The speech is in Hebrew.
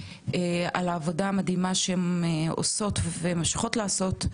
על העבודה המדהימה שהן עושות והן ממשיכות לעשות,